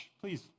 please